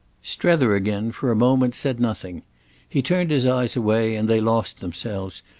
strether again, for a moment, said nothing he turned his eyes away, and they lost themselves,